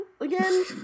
again